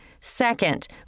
Second